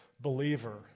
believer